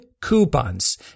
coupons